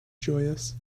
joyous